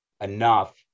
enough